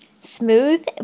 smooth